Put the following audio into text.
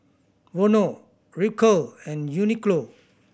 Vono Ripcurl and Uniqlo